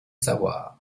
savoir